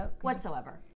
whatsoever